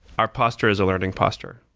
our posture is a learning posture.